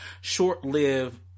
short-lived